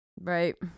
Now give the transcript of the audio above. Right